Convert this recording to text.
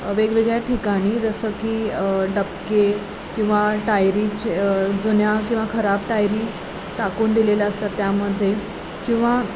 वेगवेगळ्या ठिकाणी जसं की डबके किंवा टायरीचे जुन्या किंवा खराब टायरी टाकून दिलेल्या असतात त्यामध्ये किंवा